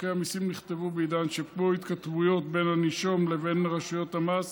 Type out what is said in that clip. חוקי המיסים נכתבו בעידן שבו התכתבויות בין הנישום לבין רשויות המס